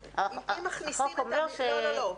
לא,